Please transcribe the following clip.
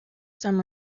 some